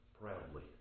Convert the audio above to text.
proudly